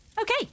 Okay